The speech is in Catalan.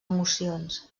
emocions